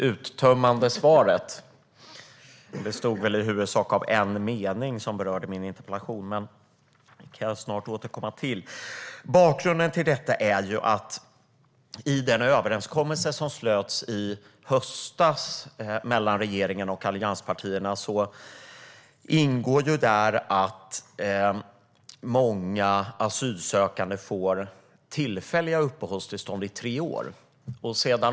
Herr talman! Jag får tacka för det uttömmande svaret. Det bestod väl i huvudsak av en mening som berörde min interpellation. Jag återkommer snart till det. Bakgrunden till detta är att i den överenskommelse som slöts i höstas mellan regeringen och allianspartierna ingår att många asylsökande får tillfälliga uppehållstillstånd i tre år.